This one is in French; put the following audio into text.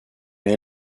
mais